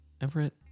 everett